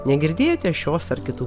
negirdėjote šios ar kitų